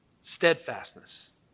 Steadfastness